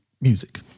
music